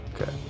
Okay